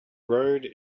road